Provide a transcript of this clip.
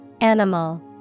Animal